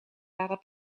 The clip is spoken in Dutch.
waren